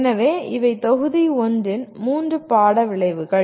எனவே இவை தொகுதி 1 இன் மூன்று பாட விளைவுகள்